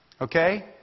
okay